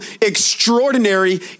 extraordinary